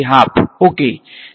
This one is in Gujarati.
half okay